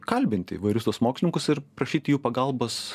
kalbinti įvairius tuos mokslininkus ir prašyti jų pagalbos